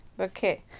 Okay